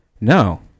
No